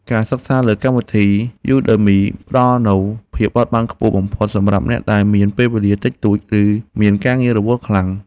ការសិក្សាលើកម្មវិធីយូដឺមីផ្តល់នូវភាពបត់បែនខ្ពស់បំផុតសម្រាប់អ្នកដែលមានពេលវេលាតិចតួច ឬមានការងាររវល់ខ្លាំង។